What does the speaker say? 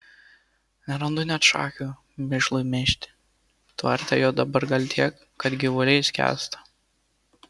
nerandu net šakių mėšlui mėžti tvarte jo dabar gal tiek kad gyvuliai skęsta